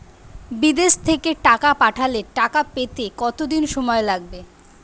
বিদেশ থেকে টাকা পাঠালে টাকা পেতে কদিন সময় লাগবে?